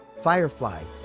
firefly,